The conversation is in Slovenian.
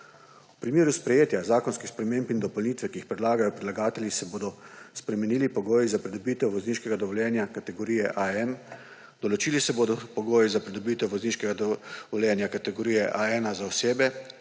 V primeru sprejetja zakonskih sprememb in dopolnitev, ki jih predlagajo predlagatelji, se bodo spremenili pogoji za pridobitev vozniškega dovoljenja kategorije AM. Določili se bodo pogoji za pridobitev vozniškega dovoljenja kategorije A1 za osebe,